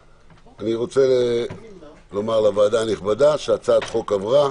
אני אומר לוועדה הנכבדה שהצעת החוק עברה